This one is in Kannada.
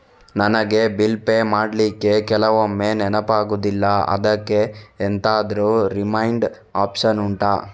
ನನಗೆ ಬಿಲ್ ಪೇ ಮಾಡ್ಲಿಕ್ಕೆ ಕೆಲವೊಮ್ಮೆ ನೆನಪಾಗುದಿಲ್ಲ ಅದ್ಕೆ ಎಂತಾದ್ರೂ ರಿಮೈಂಡ್ ಒಪ್ಶನ್ ಉಂಟಾ